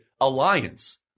alliance